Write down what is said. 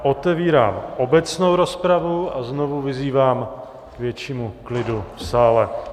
Otevírám obecnou rozpravu a znovu vyzývám k většímu klidu v sále.